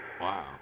Wow